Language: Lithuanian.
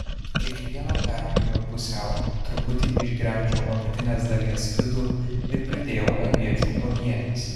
kiekvieną perpjoviau pusiau truputį išgremžiau apatinės dalies vidų ir pridėjau aviečių uogienės